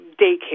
daycare